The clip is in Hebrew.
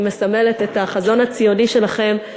מסמלת את החזון הציוני שלכם.